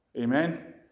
Amen